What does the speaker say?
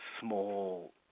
small